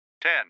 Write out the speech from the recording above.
Ten